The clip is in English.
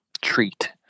treat